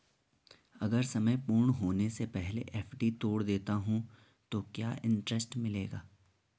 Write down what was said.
अगर समय पूर्ण होने से पहले एफ.डी तोड़ देता हूँ तो क्या इंट्रेस्ट मिलेगा?